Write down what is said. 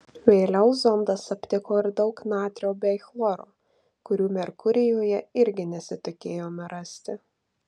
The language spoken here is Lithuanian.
vėliau zondas aptiko ir daug natrio bei chloro kurių merkurijuje irgi nesitikėjome rasti